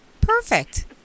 Perfect